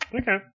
Okay